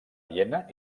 viena